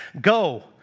Go